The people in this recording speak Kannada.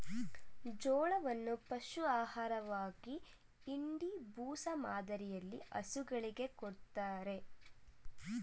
ಜೋಳವನ್ನು ಪಶು ಆಹಾರವಾಗಿ ಇಂಡಿ, ಬೂಸ ಮಾದರಿಯಲ್ಲಿ ಹಸುಗಳಿಗೆ ಕೊಡತ್ತರೆ